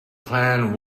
clan